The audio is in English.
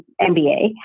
MBA